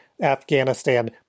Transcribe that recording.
Afghanistan